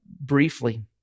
briefly